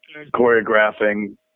choreographing